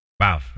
Wow